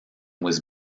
was